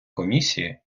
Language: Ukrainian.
комісії